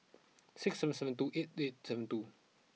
six seven seven two eight eight seven two